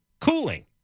cooling